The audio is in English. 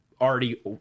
already